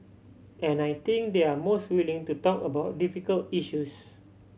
and I think they're most willing to talk about difficult issues